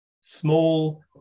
small